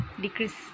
decrease